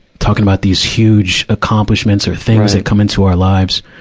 talking about these huge accomplishments or things that come into our lives,